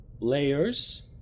layers